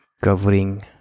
covering